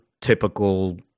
typical